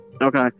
Okay